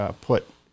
put